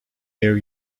air